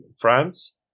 france